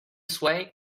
sway